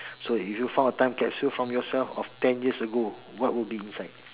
so if you found a time capsule from yourself of ten years ago what will be inside